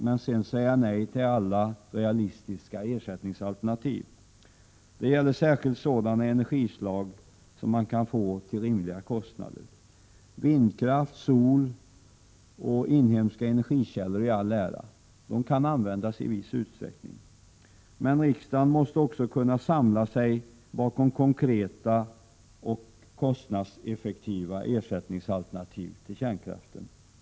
Man säger emellertid nej till alla realistiska ersättningsalternativ. Det gäller särskilt sådana energislag som man kan få till rimliga kostnader. Vindkraft, solenergi och inhemska energikällor i all ära — de kan användas i viss utsträckning. Riksdagen måste emellertid också kunna samla sig bakom konkreta och kostnadseffektiva alternativ när det gäller att ersätta kärnkraften.